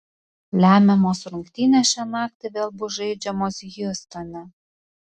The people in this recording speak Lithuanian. lemiamos rungtynės šią naktį vėl bus žaidžiamos hjustone